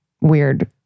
weird